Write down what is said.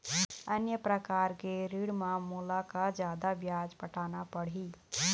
अन्य प्रकार के ऋण म मोला का जादा ब्याज पटाना पड़ही?